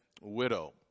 widow